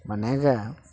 ಮನೆಗೆ